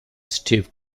steve